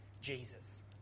Jesus